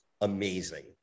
amazing